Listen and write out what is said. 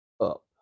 up